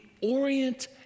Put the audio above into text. orient